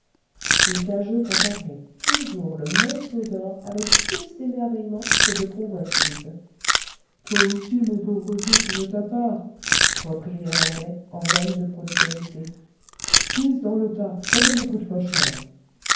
l'cageux contemplait toujours le monceau d'or avec plus d'émerveillement que de convoitise toi aussi mon pauvre vieux tu veux ta part reprit l'irlandais en veine de prodigalité puise dans le tas ça ne me coûte pas cher